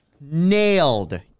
nailed